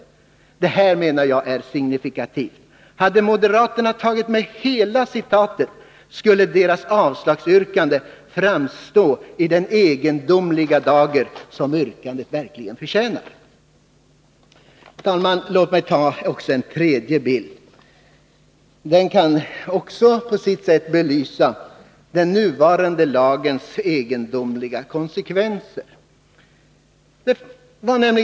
Detta är, enligt min mening, signifikativt. Hade moderaterna tagit med hela citatet, skulle deras avslagsyrkande framstå i den egendomliga dager som yrkandet verkligen förtjänar. Herr talman! Låt mig också få ta en tredje bild. Även den kan på sitt sätt belysa den nuvarande lagens egendomliga konsekvenser.